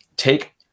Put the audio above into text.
Take